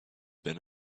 been